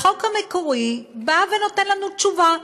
החוק המקורי נותן לנו תשובה.